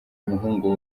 umuhungu